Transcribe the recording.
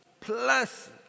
plus